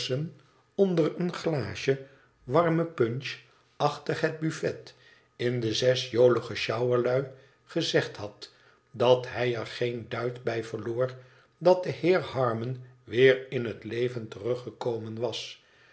onder een glaasje warme puach achter het buffet in de zes jolige sjouwerlui gezegd had dat hij er geen duit bij verloor dat de heer harroon weer in t leven teruggekomen was